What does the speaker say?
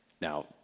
Now